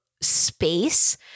space